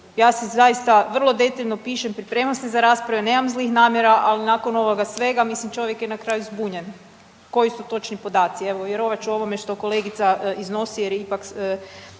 Ja si zaista vrlo detaljno pišem, pripremam se za rasprave, nemam zlih ali nakon ovoga svega mislim čovjek je na kraju zbunjen koji su točno podaci. Evo vjerovat ću ovome što kolegica iznosi jer je ipak